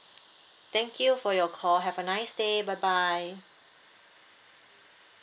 thank you for your call have a nice day bye bye